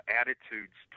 attitudes